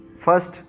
first